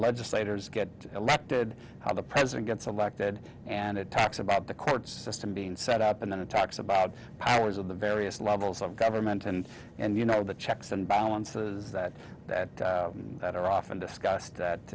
legislators get elected how the president gets elected and it talks about the court system being set up and then attacks about powers of the various levels of government and and you know the checks and balances that that that are often discussed